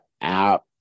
app